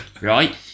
Right